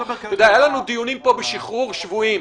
היו לנו דיונים בוועדה על שחרור שבויים,